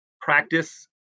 practice